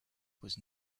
was